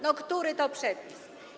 No który to przepis?